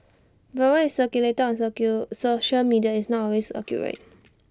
but what is circulated on social media is not always accurate